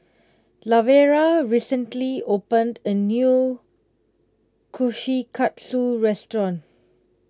Lavera recently opened a new Kushikatsu restaurant